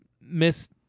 Miss